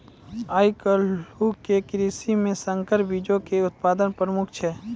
आइ काल्हि के कृषि मे संकर बीजो के उत्पादन प्रमुख छै